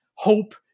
Hope